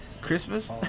Christmas